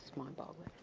mind boggling.